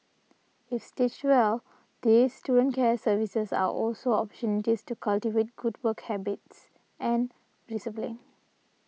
if stitched well these student care services are also opportunities to cultivate good work habits and discipline